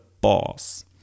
boss